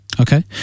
okay